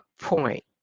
point